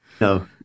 No